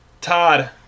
Todd